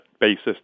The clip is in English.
basis